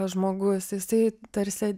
žmogus jisai tarsi